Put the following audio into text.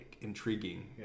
Intriguing